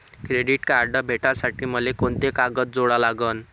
Credit card भेटासाठी मले कोंते कागद जोडा लागन?